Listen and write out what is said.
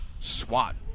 Swat